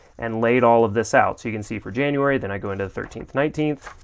and laid all of this out so you can see for january, then i go into the thirteenth, nineteenth,